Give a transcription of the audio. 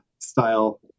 style